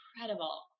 incredible